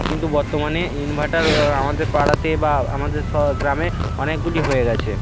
কিন্ত বত্তমানে ইনভার্টার আমাদের পাড়াতে বা আমাদের স গ্রামে অনেকগুলি হয়ে গেছে